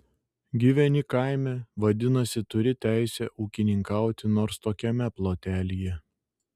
gyveni kaime vadinasi turi teisę ūkininkauti nors tokiame plotelyje